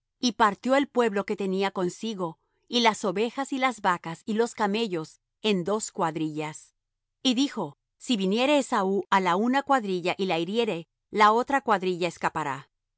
y partió el pueblo que tenía consigo y las ovejas y las vacas y los camellos en dos cuadrillas y dijo si viniere esaú á la una cuadrilla y la hiriere la otra cuadrilla escapará